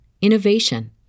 innovation